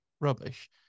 rubbish